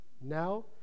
now